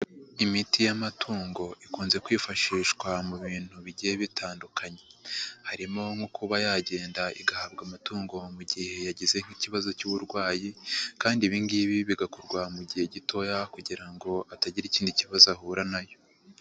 Imiti y'amatungo ikunze kwifashishwa mu bintu bigiye bitandukanye, harimo nko kuba yagenda igahabwa amatungo mu gihe yagize nk'ikibazo cy'uburwayi kandi ibingibi bigakorwa mu gihe gitoya kugira ngo hatagira ikindi kibazo ahura nayo.